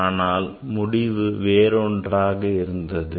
ஆனால் முடிவு வேறு ஒன்றாக இருந்தது